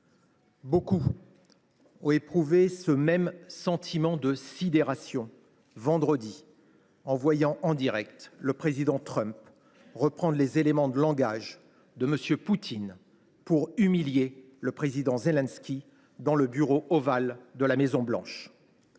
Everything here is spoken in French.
Beaucoup ont éprouvé ce même sentiment de sidération vendredi, en voyant en direct le président Trump reprendre les éléments de langage de M. Poutine pour humilier le président Zelensky dans le bureau ovale de la Maison Blanche.